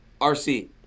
RC